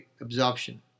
absorption